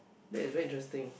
that's very interesting